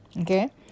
Okay